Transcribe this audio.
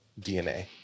DNA